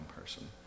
person